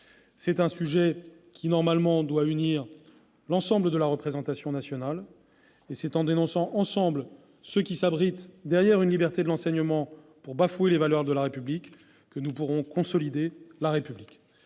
C'est un sujet qui doit unir l'ensemble de la représentation nationale : c'est en dénonçant ensemble ceux qui s'abritent derrière la liberté de l'enseignement pour bafouer les valeurs de la République que nous consoliderons cette